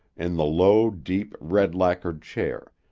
in the low, deep, red-lacquered chair,